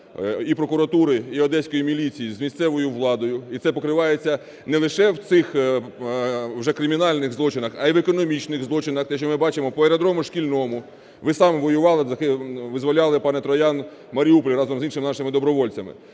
і прокуратури, і Одеської міліції з місцевою владою, і це покривається не лише в цих уже кримінальних злочинах, а й в економічних злочинах, те, що ми бачимо по аеродрому "Шкільному". Ви самі воювали, визволяли, пане Троян, Маріуполь разом з іншими нашими добровольцями.